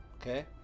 Okay